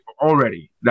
Already